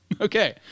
Okay